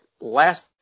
last